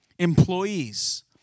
Employees